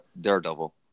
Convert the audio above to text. Daredevil